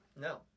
No